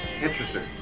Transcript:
Interesting